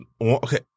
Okay